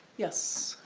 yes,